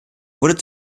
wurde